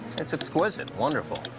it's exquisite, wonderful.